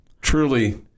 truly